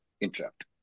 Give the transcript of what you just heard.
interrupt